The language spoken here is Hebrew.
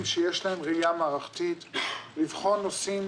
שיש להם ראייה מערכתית לבחון נושאים,